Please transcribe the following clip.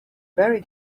very